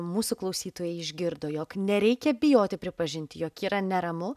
mūsų klausytojai išgirdo jog nereikia bijoti pripažinti jog yra neramu